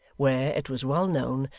where, it was well known,